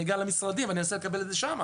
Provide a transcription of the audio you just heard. אני אגיע למשרדים ואני אנסה לקבל את זה שם.